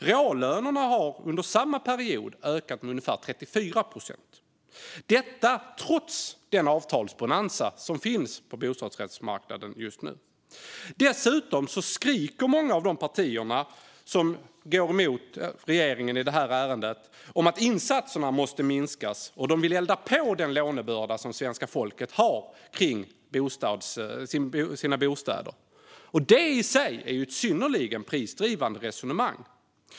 Reallönerna har under samma period ökat med ungefär 34 procent, trots den avtalsbonanza som finns på bostadsrättsmarknaden just nu. Dessutom skriker många av de partier som går emot regeringen i det här ärendet att insatserna måste minskas, och de vill elda på den lånebörda som svenska folket har för sina bostäder. Detta är i sig ett synnerligen prisdrivande resonemang.